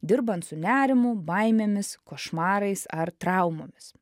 dirbant su nerimu baimėmis košmarais ar traumomis